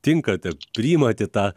tinkate priimat į tą